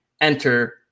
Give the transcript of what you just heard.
enter